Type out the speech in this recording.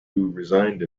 resigned